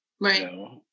Right